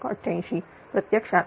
88 प्रत्यक्षात 423